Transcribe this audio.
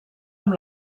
amb